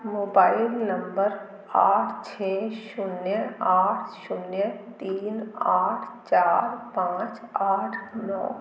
mobile number आठ छः शून्य आठ शून्य तीन आठ चार पाँच आठ नौ